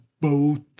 boat